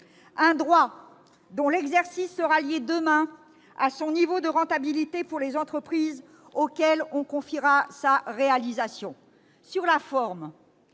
Un droit dont l'exercice sera lié, demain, au niveau de rentabilité qui en résultera pour les entreprises auxquelles on confiera sa réalisation.